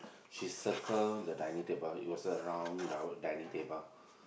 she circle the dining table it was a round round dining table